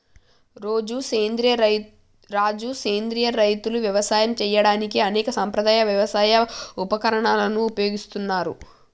రాజు సెంద్రియ రైతులు యవసాయం సేయడానికి అనేక సాంప్రదాయ యవసాయ ఉపకరణాలను ఉపయోగిస్తారు